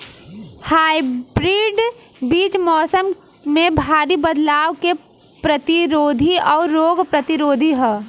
hybrid बीज मौसम में भारी बदलाव के प्रतिरोधी और रोग प्रतिरोधी ह